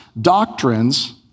doctrines